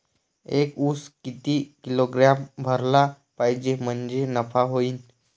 एक उस किती किलोग्रॅम भरला पाहिजे म्हणजे नफा होईन?